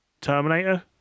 Terminator